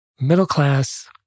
middle-class